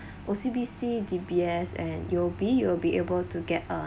O_C_B_C D_B_S and U_O_B you will be able to get a